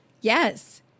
Yes